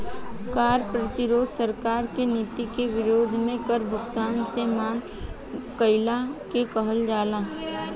कार्य प्रतिरोध सरकार के नीति के विरोध में कर भुगतान से मना कईला के कहल जाला